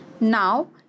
Now